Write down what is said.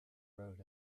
road